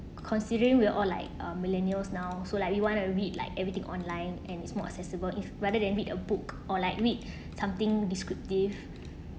considering we all like uh millennials now so like we want to read like everything online and it's more accessible if rather than read a book or like read something descriptive